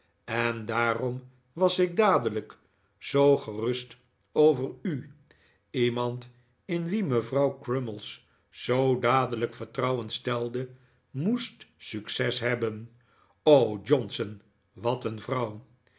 en daarom was ik dadelijk zoo gerust over u iemand in wien mevrouw crummies zoo dadelijk vertrouwen stelde moest succes hebben o johnson wat een vrouw